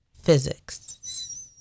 physics